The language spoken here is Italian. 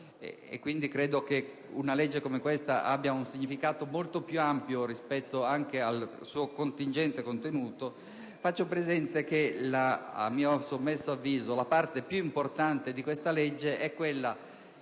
credo che una legge come questa abbia un significato molto più ampio anche rispetto al suo contingente contenuto), faccio presente che, a mio sommesso avviso, la parte più importante di questo provvedimento è quella